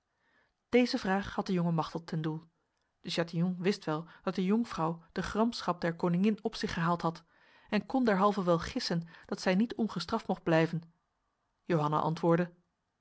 deze vraag had de jonge machteld ten doel de chatillon wist wel dat de jonkvrouw de gramschap der koningin op zich gehaald had en kon derhalve wel gissen dat zij niet ongestraft mocht blijven johanna antwoordde